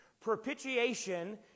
propitiation